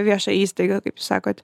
viešąją įstaigą kaip jūs sakot